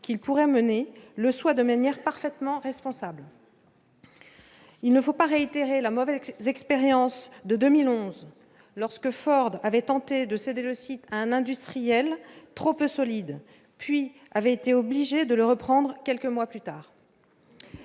qu'il pourrait décider soient menées de manière parfaitement responsable. Il ne faut pas réitérer la mauvaise expérience de 2011, lorsque Ford avait tenté de céder le site à un industriel trop peu solide, puis avait été obligé de le reprendre quelques mois plus tard.